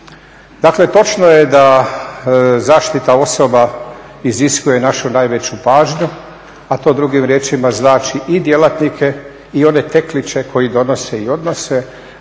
Dakle, točno je da zaštita osoba iziskuje našu najveću pažnju, a to drugim riječima znači i djelatnike i one tekliče koji donose i odnose